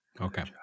Okay